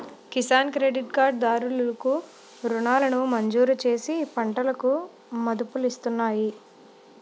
Kisan credit card దారులు కు రుణాలను మంజూరుచేసి పంటలకు మదుపులిస్తున్నాయి